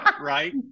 right